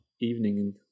evening